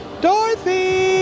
Dorothy